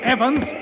Evans